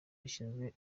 rishinzwe